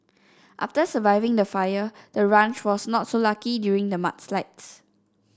after surviving the fire the ranch was not so lucky during the mudslides